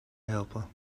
helper